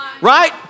right